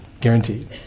guaranteed